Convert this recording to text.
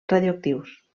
radioactius